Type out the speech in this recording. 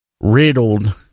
riddled